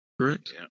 Correct